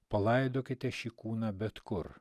palaidokite šį kūną bet kur